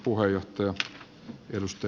arvoisa puhemies